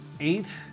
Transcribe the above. Eight